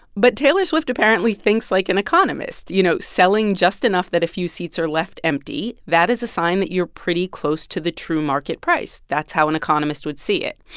but taylor swift apparently thinks like an economist you know, selling just enough that a few seats are left empty. that is a sign that you're pretty close to the true market price. that's how an economist would see it.